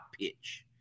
pitch